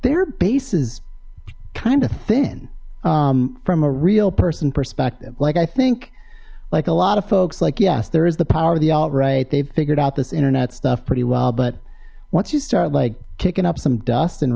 their base is kind of thin from a real person perspective like i think like a lot of folks like yes there is the power of the alt right they've figured out this internet stuff pretty well but once you start like kicking up some dust and